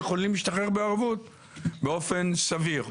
יכולים להשתחרר בערבות באופן סביר.